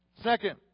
Second